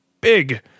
big